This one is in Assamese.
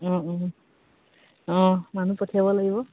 অঁ অঁ অঁ মানুহ পঠিয়াব লাগিব